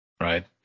right